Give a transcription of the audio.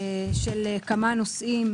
של כמה נושאים,